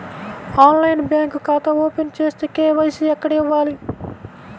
ఆన్లైన్లో బ్యాంకు ఖాతా ఓపెన్ చేస్తే, కే.వై.సి ఎక్కడ ఇవ్వాలి?